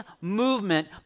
movement